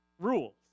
rules